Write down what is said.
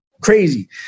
Crazy